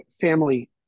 family